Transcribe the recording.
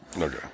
Okay